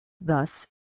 Thus